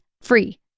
free